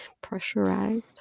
pressurized